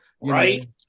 right